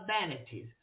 vanities